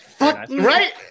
right